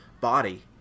body